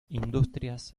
industrias